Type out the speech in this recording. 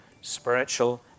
spiritual